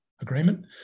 agreement